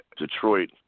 Detroit